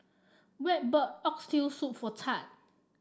Webb bought Oxtail Soup for Thad